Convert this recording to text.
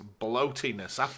bloatiness